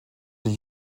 die